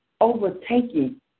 overtaking